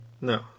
No